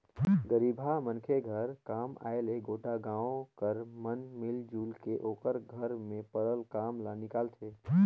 गरीबहा मनखे घर काम आय ले गोटा गाँव कर मन मिलजुल के ओकर घर में परल काम ल निकालथें